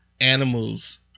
animals